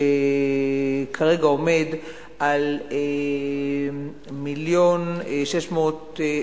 שכרגע עומד על 1.6 מיליון,